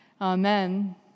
Amen